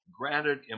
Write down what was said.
granted